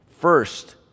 first